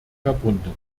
verbunden